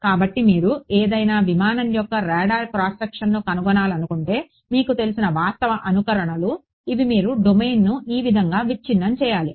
కాబట్టి మీరు ఏదైనా విమానం యొక్క రాడార్ క్రాస్ సెక్షన్ను కనుగొనాలనుకుంటే మీకు తెలిసిన వాస్తవ అనుకరణలు ఇవి మీరు డొమైన్ను ఈ విధంగా విచ్ఛిన్నం చేయాలి